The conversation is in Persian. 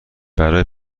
برای